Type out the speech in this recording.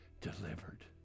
delivered